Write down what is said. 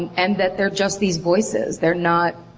and and that they're just these voices. they're not.